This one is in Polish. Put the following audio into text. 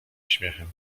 śmiechem